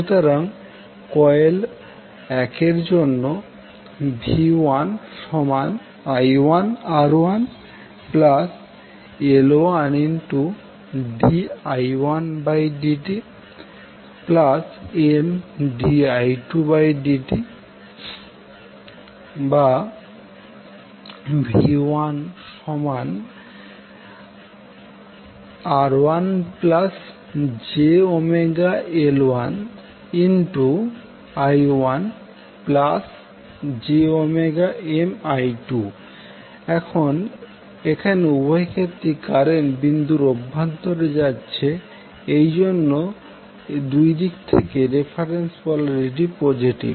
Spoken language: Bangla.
সুতরাং কয়েল 1 এর জন্য v1i1R1L1di1dtMdi2dtV1R1jωL1I1jωMI2 এখন এখানে উভয় ক্ষেত্রেই কারেন্ট বিন্দুর অভ্যন্তরে যাচ্ছে এই জন্য দুই দিকে রেফারেন্স পোলারিটির পজেটিভ